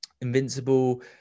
invincible